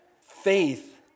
faith